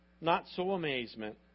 not-so-amazement